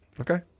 Okay